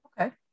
Okay